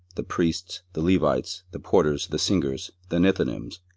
the priests, the levites, the porters, the singers, the nethinims,